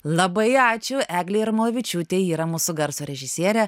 labai ačiū eglei jarmolavičiūtei yra mūsų garso režisierė